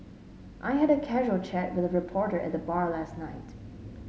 I had a casual chat with a reporter at the bar last night